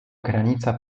granica